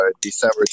December